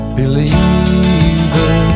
believer